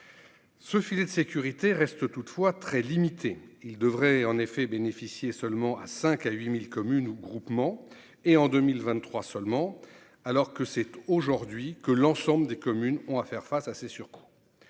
Ce filet de sécurité reste toutefois très limités, il devrait en effet bénéficier seulement à 5 à 8000 communes ou groupements et en 2023 seulement, alors que c'est aujourd'hui que l'ensemble des communes on va faire face à ces surcoûts